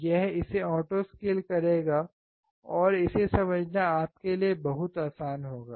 यह इसे auto scale करेगा और इसे समझना आपके लिए बहुत आसान होगा